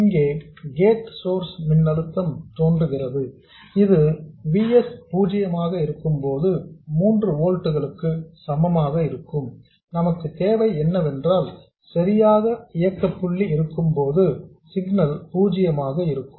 இங்கே gate source மின்னழுத்தம் தோன்றுகிறது இது V s 0 ஆக இருக்கும்போது 3 ஓல்ட்ஸ் க்கு சமமாக இருக்கும் நமக்கு தேவை என்னவென்றால் சரியாக இயக்க புள்ளி இருக்கும்போது சிக்னல் பூஜ்யமாக இருக்கும்